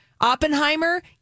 Oppenheimer